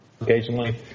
occasionally